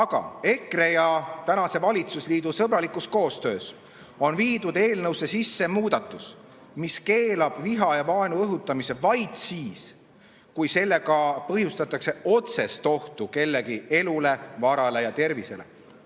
Aga EKRE ja praeguse valitsusliidu sõbralikus koostöös on viidud eelnõusse sisse muudatus, mis keelab viha ja vaenu õhutamise vaid siis, kui sellega põhjustatakse otsest ohtu kellegi elule, varale ja tervisele.